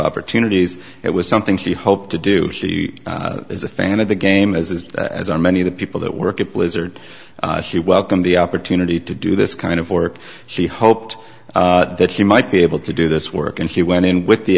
opportunities it was something she hoped to do she is a fan of the game as is as are many of the people that work at blizzard she welcomed the opportunity to do this kind of work she hoped that she might be able to do this work and he went in with the